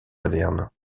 moderne